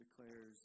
declares